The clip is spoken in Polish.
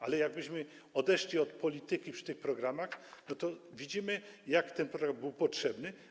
Ale jakbyśmy odeszli od polityki przy tych programach, to widzimy, jak ten program był potrzebny.